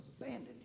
abandoned